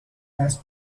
دست